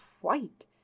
white